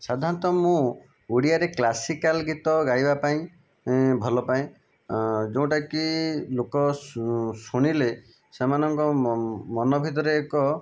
ସାଧାରଣତଃ ମୁଁ ଓଡ଼ିଆରେ କ୍ଲାସିକାଲ ଗୀତ ଗାଇବା ପାଇଁ ଭଲ ପାଏ ଯୋଉଁଟାକି ଲୋକ ଶୁଣିଲେ ସେମାନଙ୍କ ମମନ ଭିତରେ ଏକ